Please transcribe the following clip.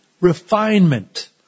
Refinement